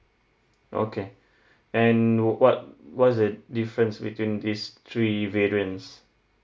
okay and what what's the difference between these three variants